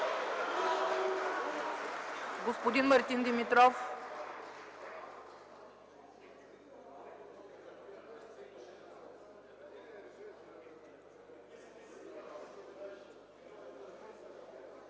господин Мартин Димитров.